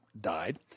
died